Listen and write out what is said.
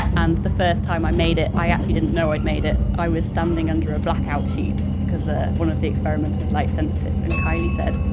and the first time i made it i actually didn't know i'd made it. i was standing under a blackout sheet because one of the experiments was light sensitive, and kylie said,